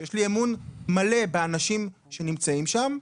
שיש לי אמון מלא באנשים שנמצאים שם,